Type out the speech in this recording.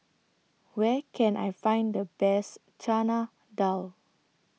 Where Can I Find The Best Chana Dal